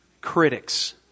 critics